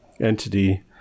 entity